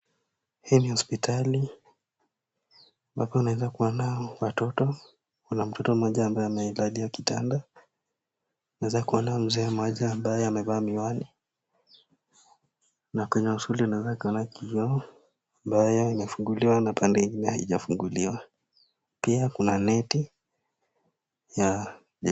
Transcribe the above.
Hii ni hospitali ambapo naweza kuona watoto, kuna mtoto mmoja ambaye amelalia kitanda tunaweza kuona mzee ambaye amevaa miwani na kwenye usoni ana kioo ambayo imefunguliwa na haijafunguliwa, pia kuna neti ya.ï